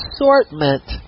assortment